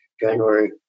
January